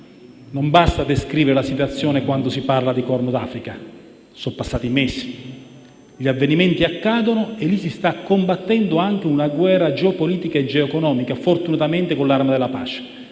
non basta descrivere la situazione, quando si parla di Corno d'Africa. Sono passati mesi e le cose accadono. Lì si sta combattendo anche una guerra geopolitica e geoeconomia, fortunatamente con l'arma della pace.